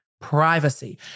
privacy